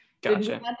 gotcha